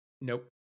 Nope